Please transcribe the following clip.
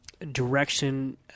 direction